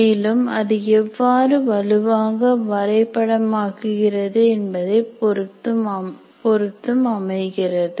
மேலும் அது எவ்வாறு வலுவாக வரை படமாக்கப்படுகிறது என்பதை பொருத்தும் அமைகிறது